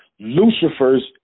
Lucifer's